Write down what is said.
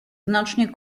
znacznie